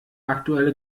aktuelle